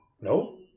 No